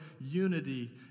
unity